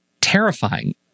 terrifying